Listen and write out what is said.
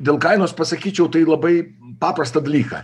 dėl kainos pasakyčiau tai labai paprastą dalyką